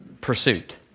pursuit